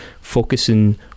focusing